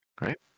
Right